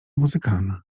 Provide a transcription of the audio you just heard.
muzykalna